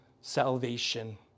salvation